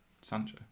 Sancho